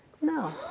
no